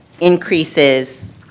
increases